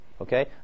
Okay